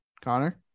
Connor